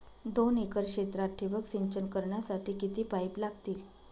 दोन एकर क्षेत्रात ठिबक सिंचन करण्यासाठी किती पाईप लागतील?